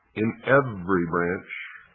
in every branch,